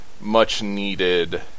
much-needed